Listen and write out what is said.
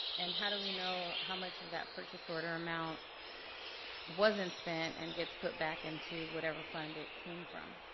and how do we know how much of that purchase order amount wasn't spent and gets put back into whatever fund it came from?